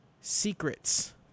Secrets